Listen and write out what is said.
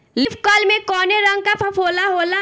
Leaf curl में कौने रंग का फफोला होला?